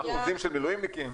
כמה אחוזים של מילואימניקים?